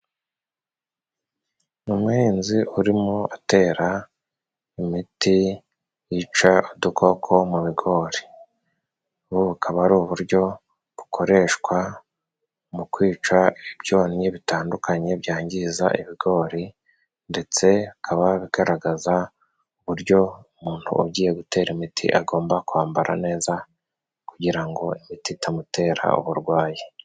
Umuhinzi urimo atera imiti yica udukoko mu bigori. Ubu bukaba ari uburyo bukoreshwa mu kwica ibyonnyi bitandukanye byangiza ibigori ndetse akaba bigaragaza uburyo umuntu ugiye gutera imiti agomba kwambara neza kugira ngo imiti itamutera uburwayi.